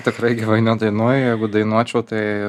tikrai gyvai nedainuoju jeigu dainuočiau tai